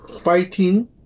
fighting